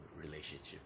relationship